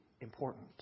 important